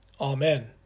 Amen